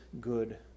good